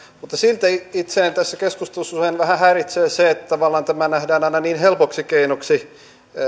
mutta silti itseäni tässä keskustelussa usein vähän häiritsee se että tavallaan tämä nähdään aina niin helpoksi keinoksi